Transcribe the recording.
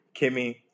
Kimmy